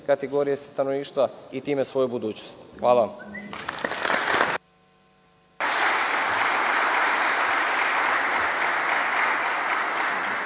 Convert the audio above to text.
kategorije stanovništva, i time svoju budućnost. Hvala vam.